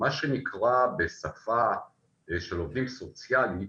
מה שנקרא בשפה של עובדים סוציאליים,